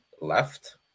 left